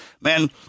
man